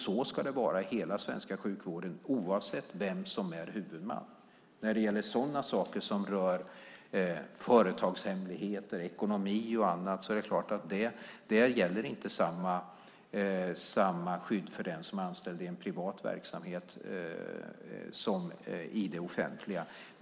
Så ska det vara i hela svenska sjukvården oavsett vem som är huvudman. När det gäller sådant som rör företagshemligheter, ekonomi och annat är det klart att inte samma skydd gäller för den som är anställd i en privat verksamhet som i det offentliga.